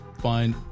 find